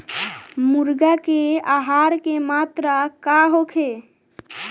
मुर्गी के आहार के मात्रा का होखे?